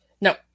No